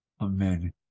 Amen